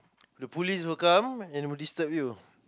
the police will come and will disturb you